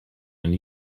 and